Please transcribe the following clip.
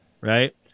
right